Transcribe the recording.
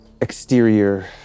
Exterior